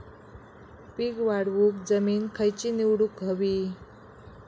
पीक वाढवूक जमीन खैची निवडुक हवी?